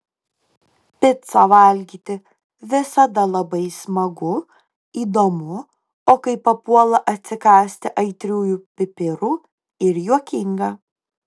picą valgyti visada labai smagu įdomu o kai papuola atsikąsti aitriųjų pipirų ir juokinga